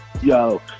yo